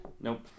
nope